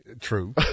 True